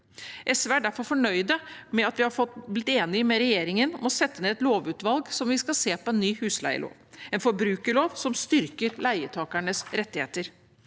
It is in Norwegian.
SV er derfor fornøyd med at vi har blitt enige med regjeringen om å sette ned et lovutvalg som skal se på en ny husleielov, en forbrukerlov som styrker leietakernes rettigheter.